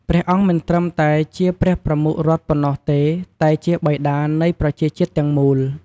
ព្រះអង្គមិនត្រឹមតែជាព្រះប្រមុខរដ្ឋប៉ុណ្ណោះទេ តែជា "បិតា" នៃប្រជាជាតិទាំងមូល។